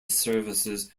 services